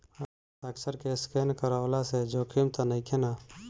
हस्ताक्षर के स्केन करवला से जोखिम त नइखे न?